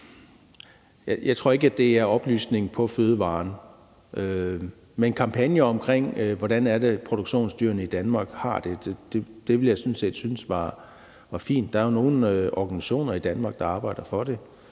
jeg tror ikke, at vi skal have oplysning på fødevarerne. Men en kampagne om, hvordan produktionsdyrene har det i Danmark, ville jeg sådan set synes var fint. Der er jo nogle organisationer Danmark, der arbejder for det,